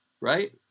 right